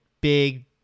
big